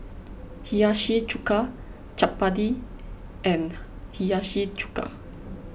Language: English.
Hiyashi Chuka Chapati and Hiyashi Chuka